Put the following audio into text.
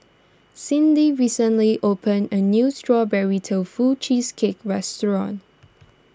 Cydney recently opened a new Strawberry Tofu Cheesecake restaurant